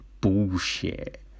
bullshit